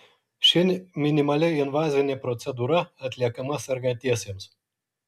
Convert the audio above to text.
ši minimaliai invazinė procedūra atliekama sergantiesiems